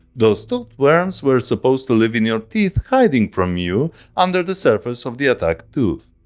those tooth worms were supposed to live in your teeth hiding from you under the surface of the attacked tooth.